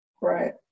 Right